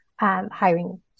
hiring